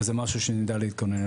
וזה משהו שנדע להתכונן אליו.